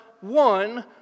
one